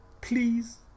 please